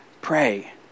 pray